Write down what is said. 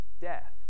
death